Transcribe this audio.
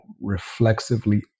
reflexively